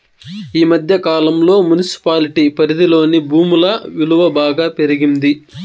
ఈ మధ్య కాలంలో మున్సిపాలిటీ పరిధిలోని భూముల విలువ బాగా పెరిగింది